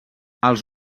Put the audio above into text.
els